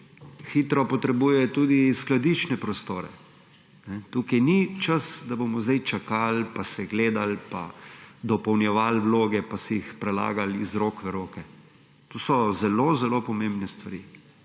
hitro potrebujejo tudi skladiščne prostore. Tukaj ni časa, da bomo čakali, pa se gledali, pa dopolnjevali vloge, pa si jih prelagali iz rok v roke. To so zelo, zelo pomembne stvari.